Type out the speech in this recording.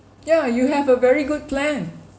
yeah you have a very good plan